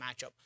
matchup